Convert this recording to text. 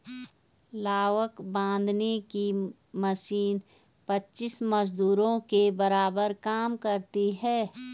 लावक बांधने की मशीन पच्चीस मजदूरों के बराबर काम करती है